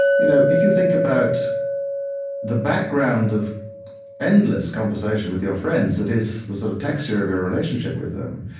you know, if you think about the background of endless conversation with your friends, that is, the sort of texture of your relationship with them,